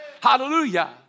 Hallelujah